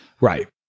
Right